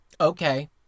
Okay